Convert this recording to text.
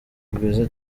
rwiza